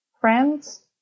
friend's